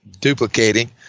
duplicating